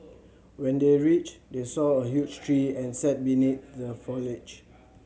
when they reached they saw a huge tree and sat beneath the foliage